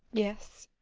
yes.